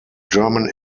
german